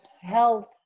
health